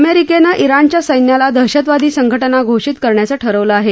अमेरिकेनं ज्ञाणच्या सैन्याला दहशतवादी संघटना घोषित करण्याचं ठरवलं आहे